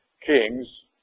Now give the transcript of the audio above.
kings